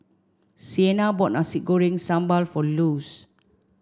Sienna bought Nasi Goreng Sambal for Luz